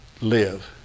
live